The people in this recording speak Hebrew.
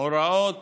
הוראות